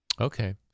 Okay